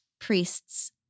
priests